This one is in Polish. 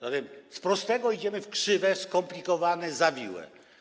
Z prostego idziemy w krzywe, skomplikowane, zawiłe.